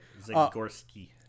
Zagorski